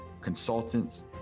consultants